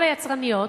כל היצרניות,